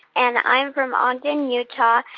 and i'm from ogden, utah,